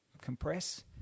compress